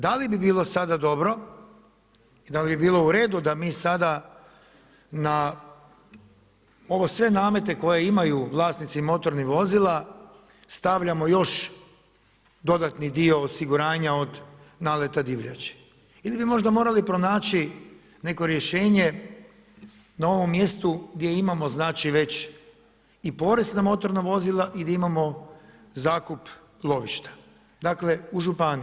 Da li bi bilo sada dobro i da li bi bilo u redu da mi sada na ove sve namete koje imaju vlasnici motornih vozila stavljamo još dodatni dio osiguranja od naleta divljači ili bi možda morali pronaći neko rješenje na ovom mjestu gdje imamo znači već i porez na motorna vozila i gdje imamo zakup lovišta, dakle u županiji.